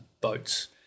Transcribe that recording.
boats